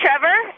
Trevor